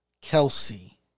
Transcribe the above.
Kelsey